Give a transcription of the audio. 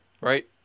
right